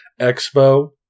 expo